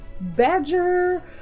badger